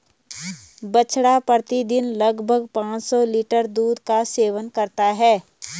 बछड़ा प्रतिदिन लगभग पांच लीटर दूध का सेवन करता है